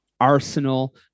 arsenal